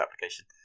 application